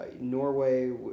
Norway